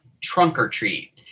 trunk-or-treat